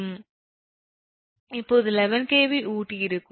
இப்போது 11 𝑘𝑉 ஊட்டி இருக்கும்